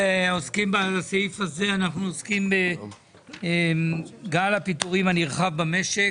בסעיף הזה אנחנו עוסקים בגל הפיטורים הנרחב במשק.